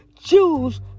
Jews